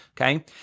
okay